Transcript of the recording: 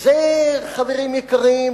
זה, חברים יקרים,